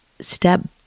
step